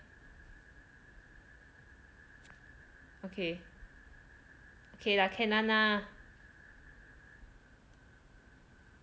okay okay lah can one lah